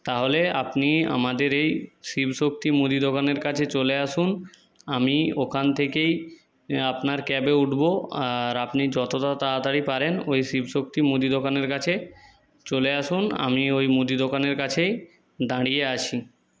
তাহলে আপনি আমাদের এই শিবশক্তি মুদি দোকানের কাছে চলে আসুন আমি ওখান থেকেই আপনার ক্যাবে উঠবো আর আপনি যতটা তাড়াতাড়ি পারেন ওই শিবশক্তি মুদি দোকানের কাছে চলে আসুন আমি ওই মুদি দোকানের কাছেই দাঁড়িয়ে আছি